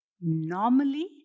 normally